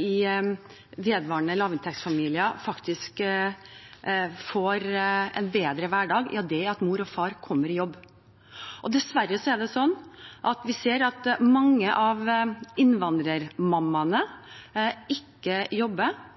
i vedvarende lavinntektsfamilier faktisk får en bedre hverdag på, er at mor og far kommer i jobb. Dessverre er det sånn at vi ser at mange av innvandrermammaene ikke jobber.